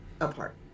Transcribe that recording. apart